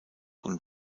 und